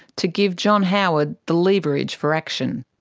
to give john howard the leverage for action.